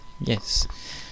Yes